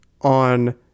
on